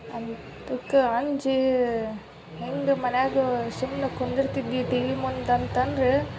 ಅದಕ್ಕೆ ಅಂಜಿ ಹೆಂಗೆ ಮನ್ಯಾಗ ಸುಮ್ನೆ ಕುಂದುರ್ತಿದ್ವಿ ಟಿವಿ ಮುಂದೆ ಅಂತಂದ್ರೆ